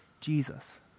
Jesus